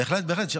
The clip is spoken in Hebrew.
בהחלט, בהחלט.